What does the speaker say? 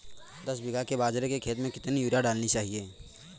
दस बीघा के बाजरे के खेत में कितनी यूरिया डालनी चाहिए?